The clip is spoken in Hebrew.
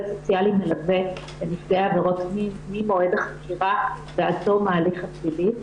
סוציאלי מלווה לנפגעי עבירות מין ממועד החקירה ועד תום ההליך הפלילי.